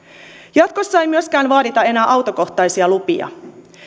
jatkossa ei myöskään vaadita enää autokohtaisia lupia